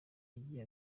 yagiye